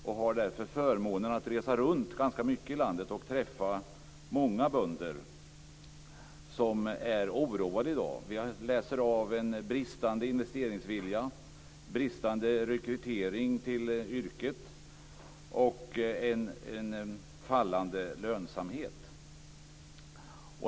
Jag har därför förmånen att ganska mycket resa runt i landet, och jag träffar många bönder som i dag är oroade. Vi kan avläsa en bristande investeringsvilja, en bristande rekrytering till yrket och en fallande lönsamhet.